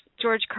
George